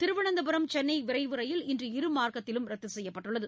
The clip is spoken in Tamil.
திருவனந்தபுரம் சென்னை விரைவு ரயில் இன்று இருமார்க்கத்திலும் ரத்து செய்யப்பட்டுள்ளது